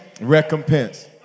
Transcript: recompense